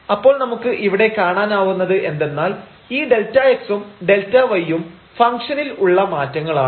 അപ്പോൾ നമുക്ക് ഇവിടെ കാണാനാവുന്നത് എന്തെന്നാൽ ഈ Δx ഉം Δy ഉം ഫംഗ്ഷനിൽ ഉള്ള മാറ്റങ്ങളാണ്